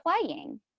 playing